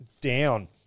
down